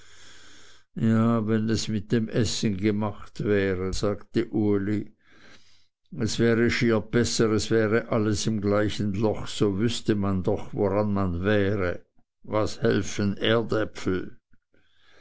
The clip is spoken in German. ja wenn es mit dem essen gemacht wäre sagte uli es wäre schier besser es wäre alles im gleichen loch so wüßte man woran man wäre was helfen